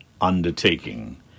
undertaking